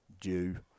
due